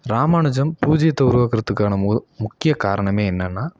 ராமானுஜம் பூஜியத்தை உருவாக்குறதுக்கான மு முக்கிய காரணமே என்னன்னால்